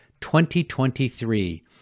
2023